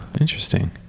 Interesting